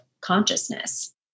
consciousness